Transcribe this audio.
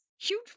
Huge